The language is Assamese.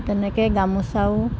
তেনেকৈ গামোচাও